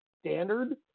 standard